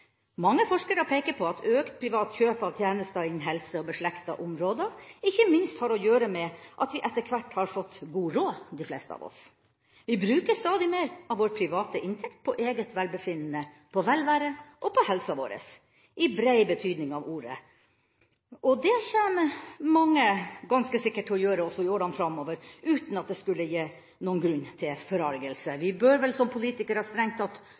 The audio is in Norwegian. Mange forskere peker på at økt privat kjøp av tjenester innenfor helse og beslektede områder ikke minst har å gjøre med at de fleste av oss etter hvert har fått god råd. Vi bruker stadig mer av vår private inntekt på eget velbefinnende, på velvære og på helsa vår – i brei betydning av ordet. Og det kommer mange ganske sikkert til å gjøre også i åra framover – uten at det skulle gi grunn til forargelse. Vi bør vel som politikere strengt